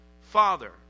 father